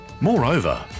Moreover